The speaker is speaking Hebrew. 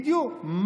בדיוק.